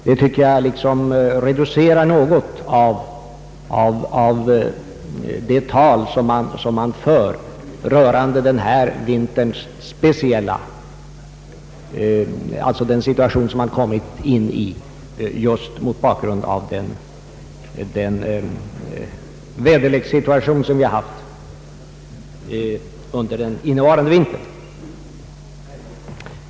Det anser jag något reducerar det försvar man använder för dålig beredskap baserat på den speciella väderlekssituation vi haft i vinter. Herr talman!